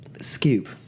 scoop